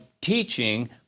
teaching